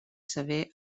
saber